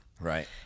Right